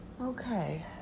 Okay